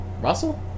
Russell